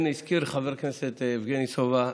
כן, הזכיר חבר הכנסת יבגני סובה,